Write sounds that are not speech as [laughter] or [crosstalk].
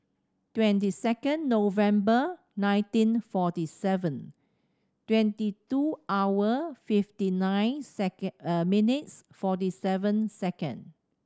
twenty second November nineteen forty seven twenty two hour fifty nine second [hesitation] minutes forty seven second